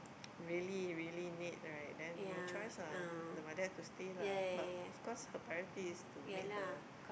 really really need right then no choice lah the mother have to stay lah but of course her priority is to meet her